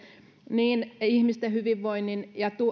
niin ihmisten hyvinvoinnin ja